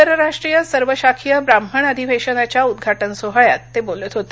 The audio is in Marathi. आंतरराष्ट्रीय सर्व शाखीय ब्राम्हण अधिवेशनाच्या उद्घाटन सोहळयात ते बोलत होते